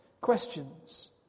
questions